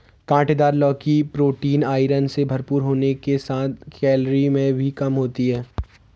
काँटेदार लौकी protein, iron से भरपूर होने के साथ कैलोरी में भी कम होती है